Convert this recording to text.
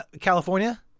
California